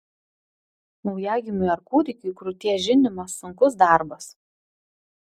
naujagimiui ar kūdikiui krūties žindimas sunkus darbas